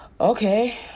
Okay